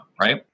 right